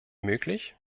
möglich